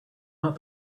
not